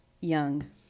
young